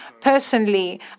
personally